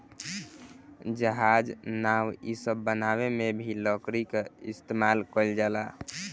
जहाज, नाव इ सब बनावे मे भी लकड़ी क इस्तमाल कइल जाला